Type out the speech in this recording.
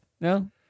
No